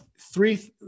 three